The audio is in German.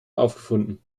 aufgefunden